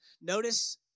Notice